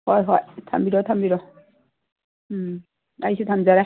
ꯍꯣꯏ ꯍꯣꯏ ꯊꯝꯕꯤꯔꯣ ꯊꯝꯕꯤꯔꯣ ꯎꯝ ꯑꯩꯁꯨ ꯊꯝꯖꯔꯦ